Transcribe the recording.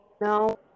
No